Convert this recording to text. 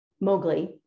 Mowgli